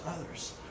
others